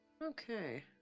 Okay